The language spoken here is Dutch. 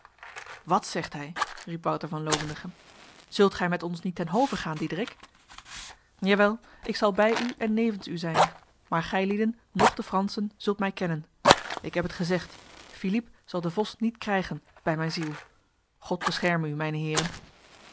wat zegt hij riep wouter van lovendegem zult gij met ons niet ten hove gaan diederik jawel ik zal bij u en nevens u zijn maar gij lieden noch de fransen zult mij kennen ik heb het gezegd philippe zal de vos niet krijgen bij mijn ziel god bescherme u mijne heren